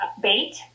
bait